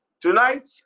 Tonight